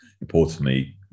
importantly